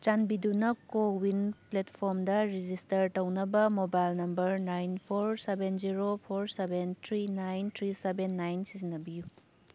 ꯆꯥꯟꯕꯤꯗꯨꯅ ꯀꯣꯋꯤꯟ ꯄ꯭ꯂꯦꯠꯐꯣꯔ꯭ꯝꯗ ꯔꯦꯖꯤꯁꯇꯔ ꯇꯧꯅꯕ mobile number nine four seven zero four seven three nine three seven nine ꯁꯤꯖꯤꯟꯅꯕꯤꯌꯨ